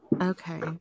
Okay